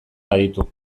baditu